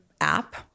app